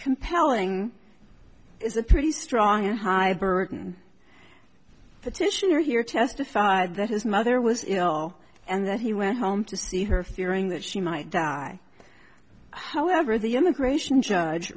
compelling is a pretty strong and high burden petitioner here testified that his mother was ill and that he went home to see her fearing that she might die however the immigration judge